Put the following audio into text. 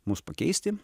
mus pakeisti